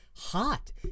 hot